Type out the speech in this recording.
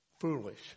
foolish